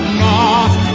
north